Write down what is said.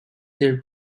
their